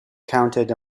counted